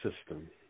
system